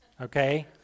okay